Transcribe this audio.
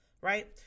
right